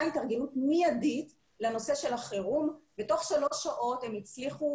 התארגנות מיידית לנושא של החירום ותוך שלוש שעות הם הצליחו